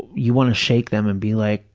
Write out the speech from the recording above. you want to shake them and be like,